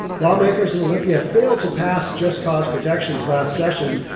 lawmakers in olympia fail to pass just cause protections last session.